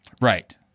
Right